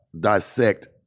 dissect